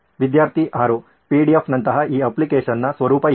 ವಿದ್ಯಾರ್ಥಿ 6 PDF ನಂತಹ ಈ ಅಪ್ಲಿಕೇಶನ್ನ ಸ್ವರೂಪ ಏನು